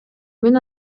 мен